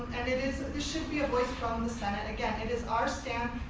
and it is this should be a voice from the senate. again it is our stand.